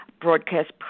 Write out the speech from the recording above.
broadcast